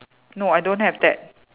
no I don't have that